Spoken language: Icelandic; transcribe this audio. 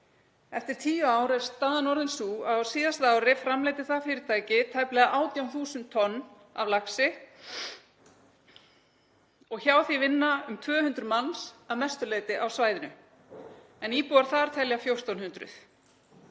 Eftir tíu ár er staðan orðin sú að á síðasta ári framleiddi það fyrirtæki tæplega 18.000 tonn af laxi og hjá því vinna um 200 manns, að mestu leyti á svæðinu, en íbúar þar telja 1.400.